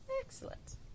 Excellent